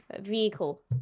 Vehicle